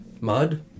Mud